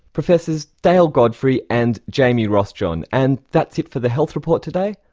professors dale godfrey and jamie rossjohn, and that's it for the health report today.